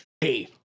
hey